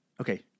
Okay